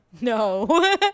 No